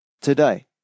today